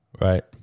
Right